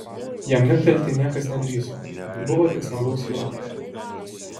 jam niuktelti niekas nedrįso buvo tik smagaus juoko